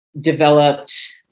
developed